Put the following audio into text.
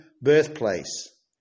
birthplace